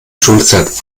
schulzeit